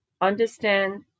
understand